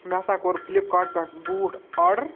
مےٚ ہَسا کوٚر فِلِپ کارٹ پٮ۪ٹھ بوٗٹھ آرڈَر